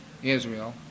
Israel